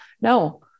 No